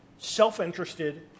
self-interested